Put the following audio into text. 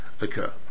occur